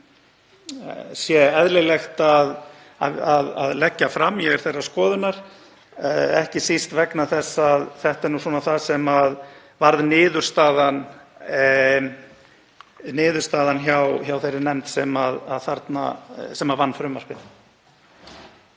sem eðlilegt sé að leggja fram. Ég er þeirrar skoðunar, ekki síst vegna þess að þetta er það sem varð niðurstaðan hjá þeirri nefnd sem vann frumvarpið.